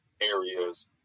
areas